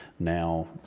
Now